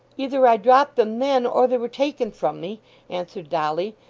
either i dropped them then, or they were taken from me answered dolly,